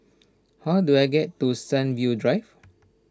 how do I get to Sunview Drive